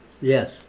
Yes